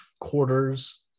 quarters